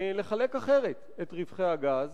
לחלק אחרת את רווחי הגז.